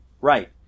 Right